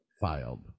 filed